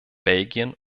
belgien